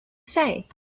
say